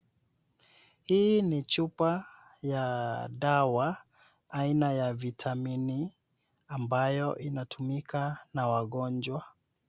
Hii ni chupa ya dawa aina ya vitamini ambayo inatumika na wagonjwa.